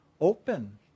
open